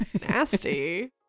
nasty